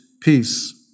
peace